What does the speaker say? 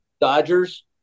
Dodgers